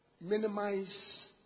minimize